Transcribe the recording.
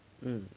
um